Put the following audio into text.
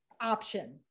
option